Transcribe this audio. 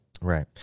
right